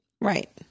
Right